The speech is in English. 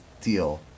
deal